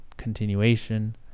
Continuation